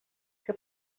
què